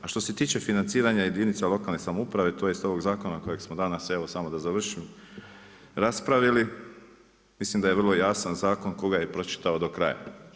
A što se tiče financiranja jedinica lokalne samouprave, tj. ovog zakona kojeg smo danas, evo samo da završim, raspravili, mislim da je vrlo jasan zakon tko ga je pročitao do kraja.